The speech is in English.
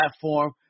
platform